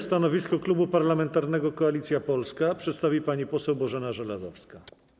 Stanowisko Klubu Parlamentarnego Koalicja Polska przedstawi pani poseł Bożena Żelazowska.